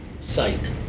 site